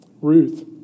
Ruth